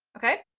okay,